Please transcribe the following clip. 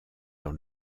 dans